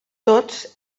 tots